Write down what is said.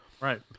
right